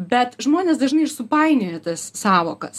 bet žmonės dažnai ir supainioja tas sąvokas